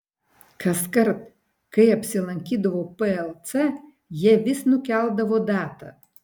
kaskart kai apsilankydavau plc jie vis nukeldavo datą